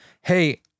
Hey